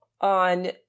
on